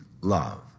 love